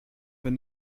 wenn